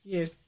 Yes